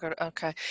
okay